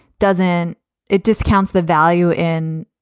doesn't it discounts the value in,